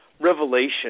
revelation